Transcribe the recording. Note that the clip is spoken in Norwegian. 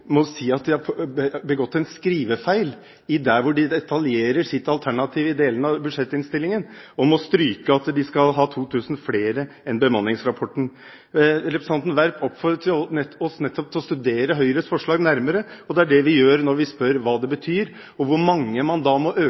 hvor de detaljerer sitt alternativ, og må stryke at de skal ha 2 000 flere enn det bemanningsrapporten sier. Representanten Werp oppfordret oss nettopp til å studere Høyres forslag nærmere. Det er det vi gjør når vi spør hva det betyr, og hvor mange man da må øke